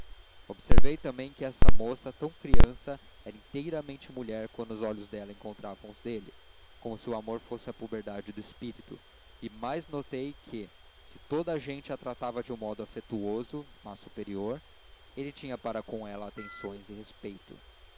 observei também que essa moça tão criança era inteiramente mulher quando os olhos dela encontravam os dele como se o amor fosse a puberdade do espírito e mais notei que se toda a gente a tratava de um modo afetuoso mas superior ele tinha para com ela atenção e respeito